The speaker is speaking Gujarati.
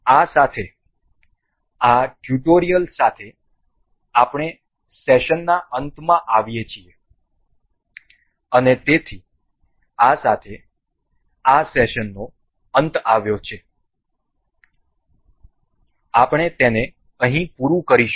તેથી આ સાથે આ ટ્યુટોરીયલ સાથે આપણે સેશનના અંતમાં આવીએ છીએ અને તેથી આ સાથે આ સેશનનો અંત આવ્યો છે અને આપણે તેને અહીં પૂરું કરીશું